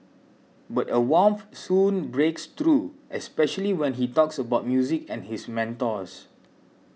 but a warmth soon breaks through especially when he talks about music and his mentors